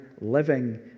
living